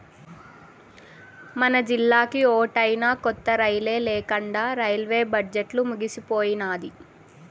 మనజిల్లాకి ఓటైనా కొత్త రైలే లేకండా రైల్వే బడ్జెట్లు ముగిసిపోయినాది